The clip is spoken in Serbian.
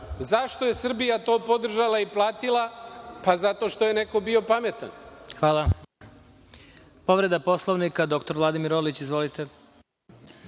Zašto je Srbija to podržala i platila? Pa, zato što je neko bio pametan.